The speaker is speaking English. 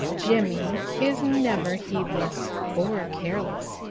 jimmy is never heedless or careless.